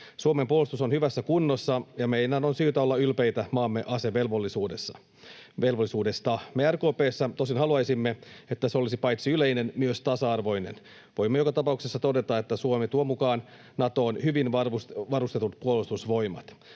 Suomen puolustus on hyvässä kunnossa, ja meidän on syytä olla ylpeitä maamme asevelvollisuudesta. Me RKP:ssä tosin haluaisimme, että se olisi paitsi yleinen myös tasa-arvoinen. Voimme joka tapauksessa todeta, että Suomi tuo mukaan Natoon hyvin varustetut puolustusvoimat.